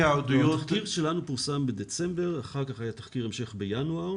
התחקיר שלנו פורסם בדצמבר 2019. אחר כך היה תחקיר המשך בינואר